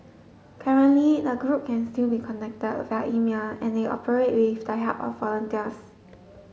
currently the group can still be contacted via email and they operate with the help of volunteers